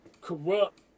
Corrupt